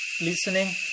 Listening